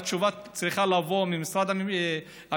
והתשובה צריכה לבוא ממשרד המשפטים,